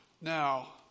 Now